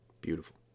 Beautiful